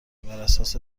براساس